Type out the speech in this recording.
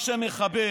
מה שמחבר